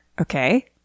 okay